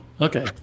Okay